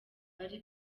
bari